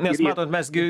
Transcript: nes matot mes gi